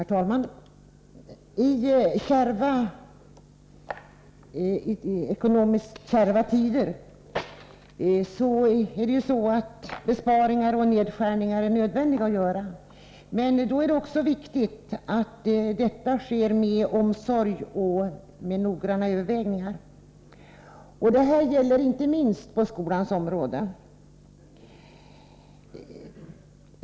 Herr talman! I ekonomiskt kärva tider när besparingar och nedskärningar är nödvändiga att göra är det viktigt att detta sker med omsorg och efter noggranna överväganden. Detta gäller inte minst på skolans område.